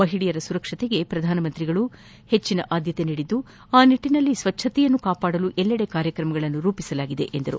ಮಹಿಳೆಯರ ಸುರಕ್ಷತೆಗೆ ಪ್ರಧಾನಮಂತ್ರಿ ನರೇಂದ್ರಮೋದಿ ಅವರು ಆದ್ಗತೆ ನೀಡಿದ್ದು ಆ ನಿಟ್ಲಿನಲ್ಲಿ ಸ್ವಚ್ಗತೆಯನ್ನು ಕಾಪಾಡಲು ಎಲ್ಲೆಡೆ ಕಾರ್ಯಕ್ರಮಗಳನ್ನು ರೂಪಿಸಲಾಗಿದೆ ಎಂದರು